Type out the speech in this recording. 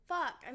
Fuck